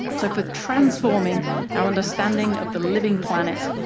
so for transforming our understanding of the living planet,